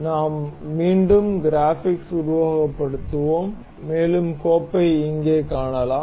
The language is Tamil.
நாம் மீண்டும் கிராபிக்ஸ் உருவகப்படுத்துவோம் மேலும் கோப்பை இங்கே காணலாம்